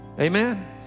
Amen